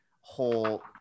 whole